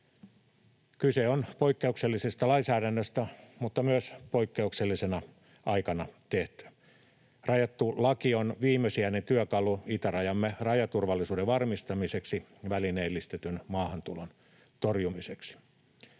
Kyse on poikkeuksellisesta lainsäädännöstä, mutta se on myös poikkeuksellisena aikana tehty. Rajattu laki on viimesijainen työkalu itärajamme rajaturvallisuuden varmistamiseksi välineellistetyn maahantulon torjumiseksi.